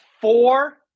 four